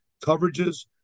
coverages